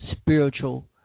spiritual